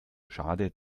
schade